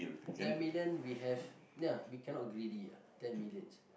ten million we have ya we cannot greedy ah ten millions